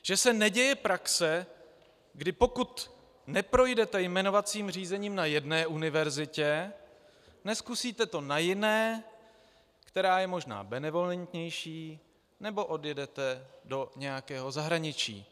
Že se neděje praxe, kdy pokud neprojdete jmenovacím řízením na jedné univerzitě, nezkusíte to na jiné, která je možná benevolentnější, nebo odjedete do nějakého zahraničí.